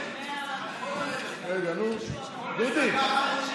מה קרה?